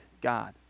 God